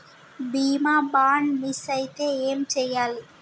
బీమా bond miss అయితే ఏం చేయాలి?